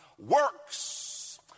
works